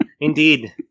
Indeed